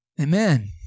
Amen